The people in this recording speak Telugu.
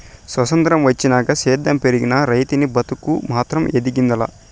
సొత్రంతం వచ్చినాక సేద్యం పెరిగినా, రైతనీ బతుకు మాత్రం ఎదిగింది లా